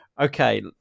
Okay